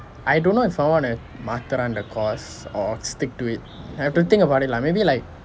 I don't know if I wanna மாற்றான்:maatraan the course or stick to it I have to think about it lah maybe like